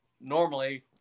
normally